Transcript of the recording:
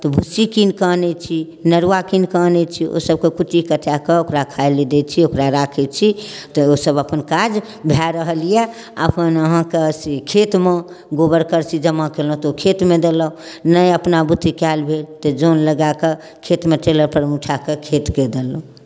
तऽ भुस्सी कीनि कऽ अनै छी नरुवा कीनि कऽ अनै छी ओहिसभके कुट्टी कटाए कऽ ओकरा खाय लेल दै छी ओकरा राखै छी तऽ ओसभ अपन काज भए रहल यए अपन अहाँकेँ से खेतमे गोबर करसी जमा कयलहुँ तऽ ओ खेतमे देलक नहि अपना बुते कयल भेल तऽ जन लगा कऽ खेतमे टेलरपर उठा कऽ खेतमे देलहुँ